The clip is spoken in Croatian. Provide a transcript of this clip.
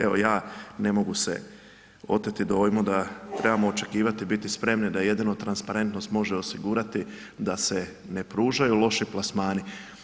Evo ja ne mogu se oteti dojmu da trebamo očekivati i biti spremni da jedino transparentnost može osigurati da se ne pružaju loši plasmani.